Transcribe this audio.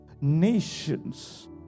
nations